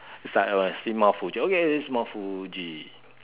it's like when I see mount Fuji okay this is mount Fuji